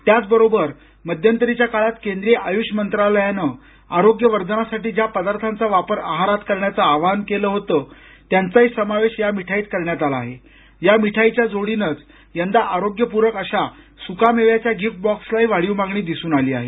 त्याचबरोबर मध्यंतरीच्या काळात केंद्रीय आय़्ष मंत्रालयानं आरोग्यवर्धनासाठी ज्या पदार्थांचा वापर आहारात करण्याचं आवाहन केलं होतं त्यांचाही समावेश या मिठाईत करण्यात आला आहे या मिठाईच्या जोडीनंच यंदा आरोग्यपूरक अशा सुकामेव्याच्या गिफ्ट बॉक्सलाही वाढीव मागणी दिसून आली आहे